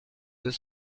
deux